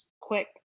quick